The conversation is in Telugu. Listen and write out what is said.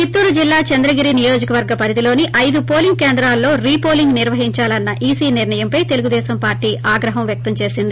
చిత్తూరు జిల్లా చంద్రగిరి నియోజకవర్గ పరిధిలోని ఐదు పోలింగ్ కేంద్రాల్లో రీపోలింగ్ నిర్వహించాలన్న ఈసీ నిర్ణయంపై తెలుగుదేశం పార్టీ ఆగ్రహం వ్యక్తం చేసింది